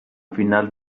final